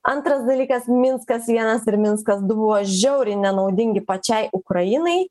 antras dalykas minskas vienas ir minskas du buvo žiauriai nenaudingi pačiai ukrainai